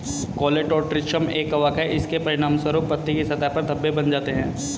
Colletotrichum एक कवक है, इसके परिणामस्वरूप पत्ती की सतह पर धब्बे बन जाते हैं